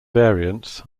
variants